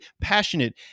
passionate